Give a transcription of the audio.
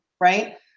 right